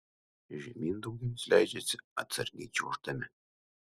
žemyn daugelis leidžiasi atsargiai čiuoždami